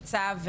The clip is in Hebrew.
בצו,